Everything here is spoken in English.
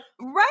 right